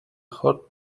hot